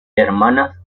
hermanas